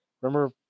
remember